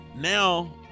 now